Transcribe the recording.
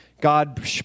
God